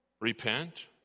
Repent